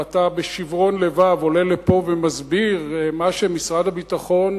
ואתה בשיברון לבב עולה לפה ומסביר מה שמשרד הביטחון,